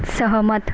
सहमत